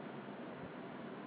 I tell you it's not human being